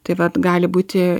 taip vat gali būti